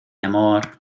amor